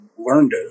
learned